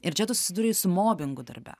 ir čia tu susidūrei su mobingu darbe